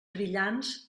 brillants